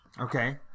Okay